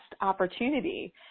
opportunity